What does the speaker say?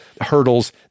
hurdles